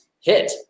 hit